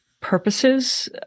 Purposes